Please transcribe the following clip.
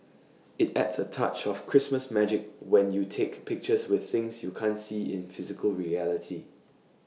IT adds A touch of Christmas magic when you take pictures with things you can't see in physical reality